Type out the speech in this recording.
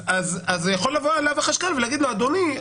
אז אני יכול לבוא אליו החשכ"ל ולהגיד לו: אדוני,